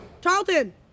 Charlton